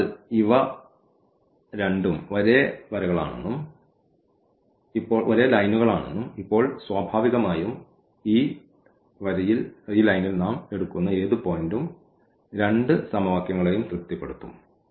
അതിനാൽ ഇവ രണ്ടും ഒരേ വരികളാണെന്നും ഇപ്പോൾ സ്വാഭാവികമായും ഈ വരിയിൽ നാം എടുക്കുന്ന ഏത് പോയിന്റും രണ്ട് സമവാക്യങ്ങളെയും തൃപ്തിപ്പെടുത്തും